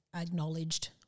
acknowledged